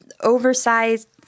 oversized